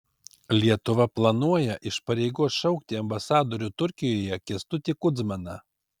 lietuva planuoja iš pareigų atšaukti ambasadorių turkijoje kęstutį kudzmaną